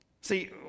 See